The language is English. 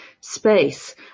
space